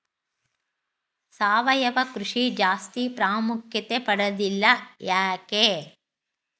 ಸಾವಯವ ಕೃಷಿ ಜಾಸ್ತಿ ಪ್ರಾಮುಖ್ಯತೆ ಪಡೆದಿಲ್ಲ ಯಾಕೆ?